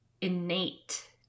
innate